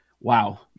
Wow